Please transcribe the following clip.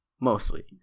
Mostly